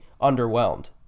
underwhelmed